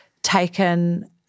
Taken